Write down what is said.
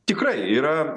tikrai yra